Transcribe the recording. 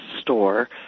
store